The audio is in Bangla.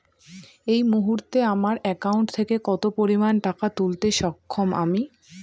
এই মুহূর্তে আমার একাউন্ট থেকে কত পরিমান টাকা তুলতে সক্ষম আমি?